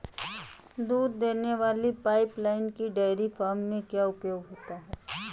दूध देने वाली पाइपलाइन का डेयरी फार्म में क्या उपयोग है?